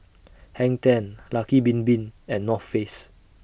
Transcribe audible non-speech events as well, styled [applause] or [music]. [noise] Hang ten Lucky Bin Bin and North Face